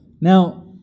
Now